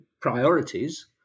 priorities